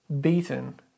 beaten